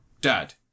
dad